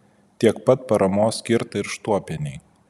tiek pat paramos skirta ir štuopienei